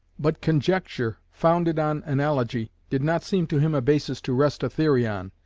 but conjecture, founded on analogy, did not seem to him a basis to rest a theory on,